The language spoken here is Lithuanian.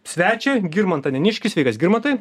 svečią girmantą neniškį sveikas girmantai